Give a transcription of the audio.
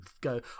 go